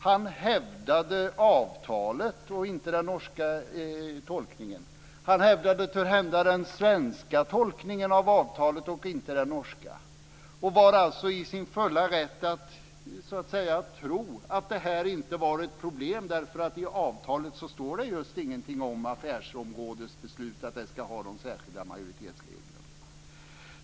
Han hävdade avtalet och inte den norska tolkningen. Han hävdade törhända den svenska tolkningen av avtalet och inte den norska. Han var alltså i sin fulla rätt att tro att detta inte var ett problem, eftersom det inte står just någonting i avtalet om att affärsområdesbeslut ska ha några särskilda majoritetsregler.